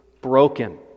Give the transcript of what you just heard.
broken